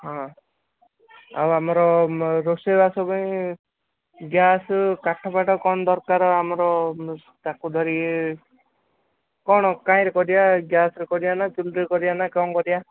ହଁ ଆଉ ଆମର ରୋଷେଇ ବାସ ପାଇଁ ଗ୍ୟାସ୍ କାଠ ଫାଟ କ'ଣ ଦରକାର ଆମର ତାକୁ ଧରିକି କ'ଣ କାଇଁରେ କରିବା ଗ୍ୟାସରେ କରିବା ନା ଚୁଲିରେ କରିବା ନା କ'ଣ କରିବା